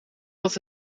dat